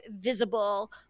visible